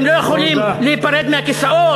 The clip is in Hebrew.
אתם לא יכולים להיפרד מהכיסאות?